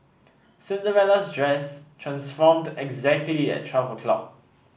Cinderella's dress transformed exactly at